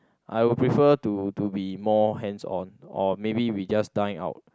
I will prefer to to be more hands on or maybe we just dine out